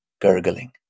gurgling